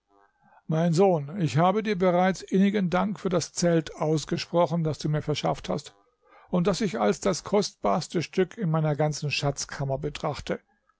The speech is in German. mein sohn ich habe dir bereits innigen dank für das zelt ausgesprochen das du mir verschafft hast und das ich als das kostbarste stück in meiner ganzen schatzkammer betrachte